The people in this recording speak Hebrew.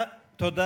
בלי